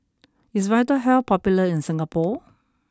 is Vitahealth popular in Singapore